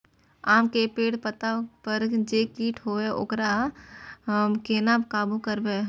आम के पेड़ के पत्ता पर जे कीट होय छे वकरा केना काबू करबे?